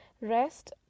rest